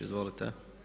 Izvolite.